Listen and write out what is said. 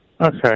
Okay